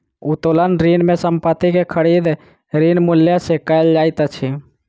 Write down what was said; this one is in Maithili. उत्तोलन ऋण में संपत्ति के खरीद, ऋण मूल्य सॅ कयल जाइत अछि